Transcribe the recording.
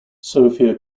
sofia